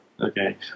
Okay